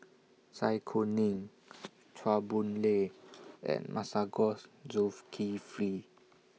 Zai Kuning Chua Boon Lay and Masagos